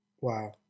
Wow